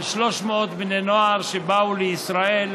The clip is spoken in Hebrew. של 300 בני נוער שבאו לישראל,